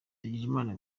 ndagijimana